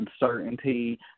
uncertainty